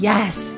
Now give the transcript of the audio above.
Yes